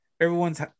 Everyone's